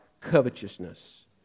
covetousness